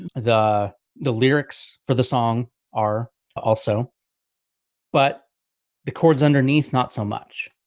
and the the lyrics for the song are also but the chords underneath not so much.